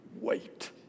wait